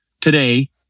today